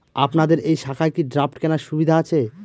আপনাদের এই শাখায় কি ড্রাফট কেনার সুবিধা আছে?